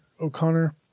O'Connor